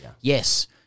Yes